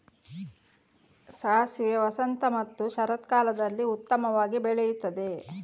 ಸಾಸಿವೆ ವಸಂತ ಮತ್ತು ಶರತ್ಕಾಲದಲ್ಲಿ ಉತ್ತಮವಾಗಿ ಬೆಳೆಯುತ್ತದೆ